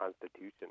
Constitution